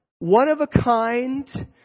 one-of-a-kind